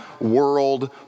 world